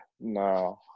No